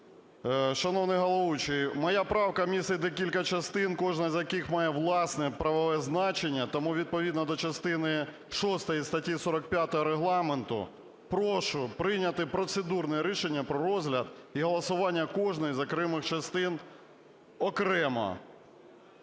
Шановний головуючий, моя правка містить декілька частин, кожна з яких має власне правове значення. Тому відповідно до частини шостої статті 45 Регламенту прошу прийняти процедурне рішення про розгляд і голосування кожної з окремих частин, окремо.